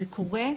זה קורה.